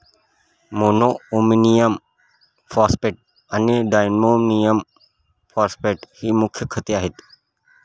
monoammonium phosphate आणि diammonium phosphate ही मुख्य खते आहेत